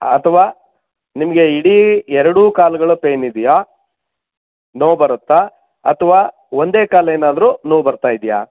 ಅಥವಾ ನಿಮಗೆ ಇಡೀ ಎರಡೂ ಕಾಲುಗಳು ಪೈನ್ ಇದೆಯಾ ನೋವು ಬರುತ್ತಾ ಅಥವಾ ಒಂದೇ ಕಾಲು ಏನಾದರೂ ನೋವು ಬರ್ತಾ ಇದೆಯಾ